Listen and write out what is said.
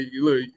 look